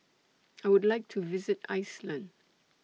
I Would like to visit Iceland